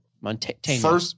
Montana